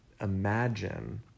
imagine